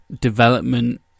development